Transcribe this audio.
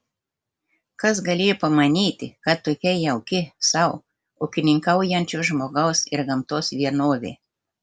kas galėjo pamanyti kad tokia jauki sau ūkininkaujančio žmogaus ir gamtos vienovė